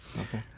Okay